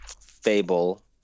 fable